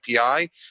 API